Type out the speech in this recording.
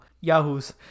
yahoos